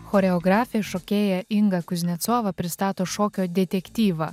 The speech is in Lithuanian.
choreografė šokėja inga kuznecova pristato šokio detektyvą